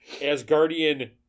Asgardian